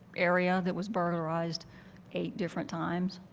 area that was burglarized eight different times.